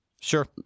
Sure